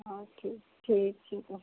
हाँ ठीक ठीक छै तब